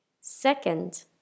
Second